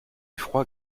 froid